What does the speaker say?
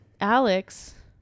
Alex